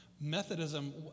Methodism